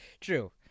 True